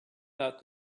thought